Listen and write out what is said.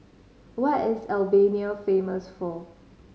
what is Albania famous for